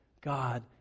God